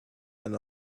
and